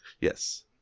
Yes